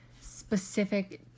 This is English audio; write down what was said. specific